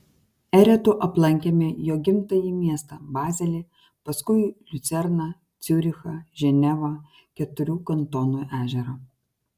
eretu aplankėme jo gimtąjį miestą bazelį paskui liucerną ciurichą ženevą keturių kantonų ežerą